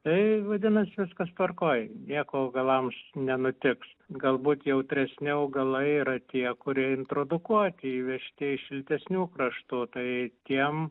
tai vadinas viskas tvarkoj nieko augalams nenutiks galbūt jautresni augalai yra tie kurie introdukuoti įvežti iš šiltesnių kraštų tai tiem